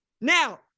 Now